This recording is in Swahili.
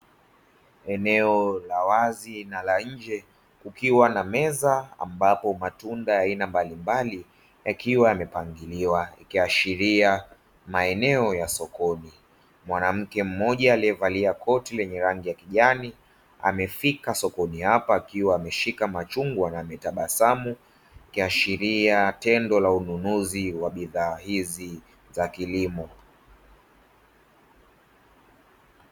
Eneo la wazi na la nje kukiwa na meza ambapo matunda ya aina mbalimbali yakiwa yamepangiliwa, ikiashiria maeneo ya sokoni, mwanamke mmoja aliyevalia koti lenye rangi ya kijani amefika sokoni hapo, akiwa ameshika machungwa na ametabasamu, ikiashiria tendo ya ununuzi wa bidhaa hizi za kilimo.